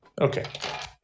okay